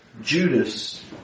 Judas